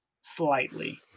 Slightly